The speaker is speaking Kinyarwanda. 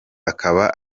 akaba